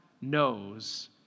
knows